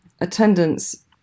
attendance